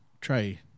try